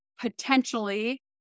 potentially